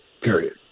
period